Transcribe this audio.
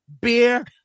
Beer